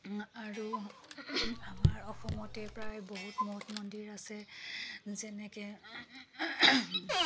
আৰু আমাৰ অসমতে প্ৰায় বহুত মঠ মন্দিৰ আছে যেনেকৈ